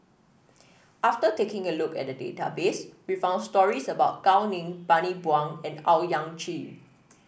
after taking a look at the database we found stories about Gao Ning Bani Buang and Owyang Chi